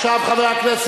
עכשיו, חבר הכנסת.